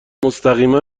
مستقیما